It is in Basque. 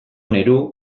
nerhu